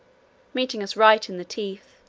meeting us right in the teeth,